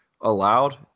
allowed